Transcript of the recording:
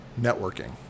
networking